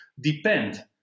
depend